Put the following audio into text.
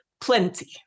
plenty